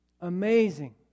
Amazing